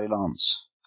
Lance